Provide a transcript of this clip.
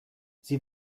sie